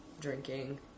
drinking